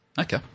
Okay